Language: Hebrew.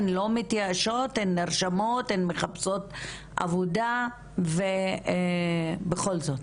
הן לא מתייאשות הן נרשמות ומחפשות עבודה בכל זאת.